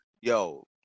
Yo